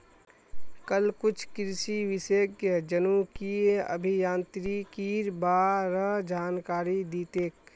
कल कुछ कृषि विशेषज्ञ जनुकीय अभियांत्रिकीर बा र जानकारी दी तेक